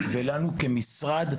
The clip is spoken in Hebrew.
ולנו כמשרד,